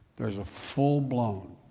there's a full-blown,